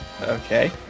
Okay